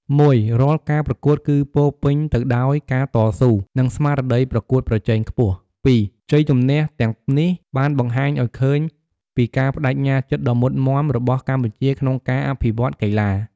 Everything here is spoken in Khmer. ១រាល់ការប្រកួតគឺពោរពេញទៅដោយការតស៊ូ និងស្មារតីប្រកួតប្រជែងខ្ពស់។ ២ជ័យជម្នះទាំងនេះបានបង្ហាញឱ្យឃើញពីការប្តេជ្ញាចិត្តដ៏មុតមាំរបស់កម្ពុជាក្នុងការអភិវឌ្ឍកីឡា។